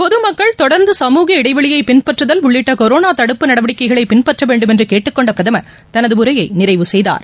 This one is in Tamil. பொதுமக்கள் தொடர்ந்து சமூக இடைவெளியை பின்பற்றுதல் உள்ளிட்ட கொரோனா தடுப்பு நடவடிக்கைகளை பின்பற்ற வேண்டும் என்று கேட்டுக்கொண்ட பிரதமர் தனது உரையை நிறைவு செய்தார்